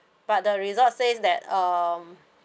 but the resort says that um